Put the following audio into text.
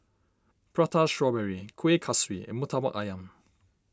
Prata Strawberry Kuih Kaswi and Murtabak Ayam